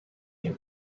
him